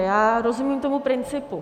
Já rozumím tomu principu.